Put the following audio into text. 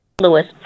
Lewis